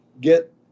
get